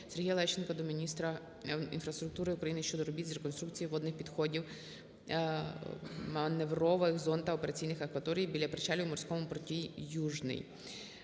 Сергія Лещенка до міністра інфраструктури України щодо робіт з реконструкції водних підходів, маневрових зон та операційних акваторій біля причалів у морському порту "Южний".